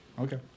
Okay